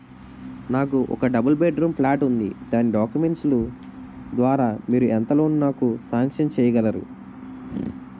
నాకు ఒక double bedroom flat ఉంది దాని డాక్యుమెంట్స్ లు ద్వారా మీరు ఎంత లోన్ నాకు సాంక్షన్ చేయగలరు?